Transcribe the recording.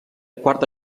quarta